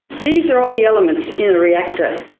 these are all the elements in a reactor.